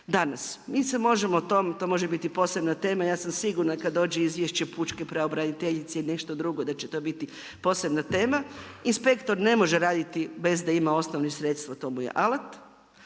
Danas mi se možemo tom, to može biti posebna tema, ja sam sigurna kada dođe izvješće pučke pravobraniteljice ili nešto drugo da će to biti posebna tema, inspektor ne može raditi bez da ima osnovno sredstvo, to mu je alat,